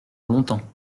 longtemps